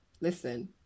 Listen